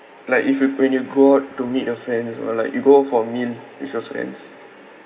like if you when you go out to meet your friends or like you go for a meal with your friends